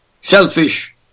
selfish